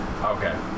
Okay